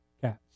cats